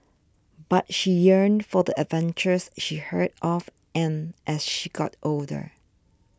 but she yearned for the adventures she heard of and as she got older